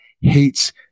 hates